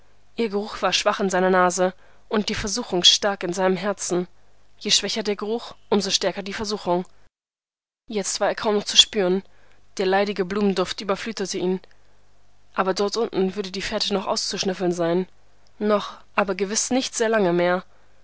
ihr geruch war schwach in seiner nase und die versuchung stark in seinem herzen je schwächer der geruch um so stärker die versuchung jetzt war er kaum noch zu spüren der leidige blumenduft überflutete ihn aber dort unten würde die fährte noch auszuschnüffeln sein noch aber gewiß nicht sehr lange mehr